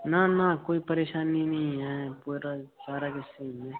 ना ना कोई परेशानी नी ऐ पूरा सारा किश होई गेदा